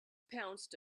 pounced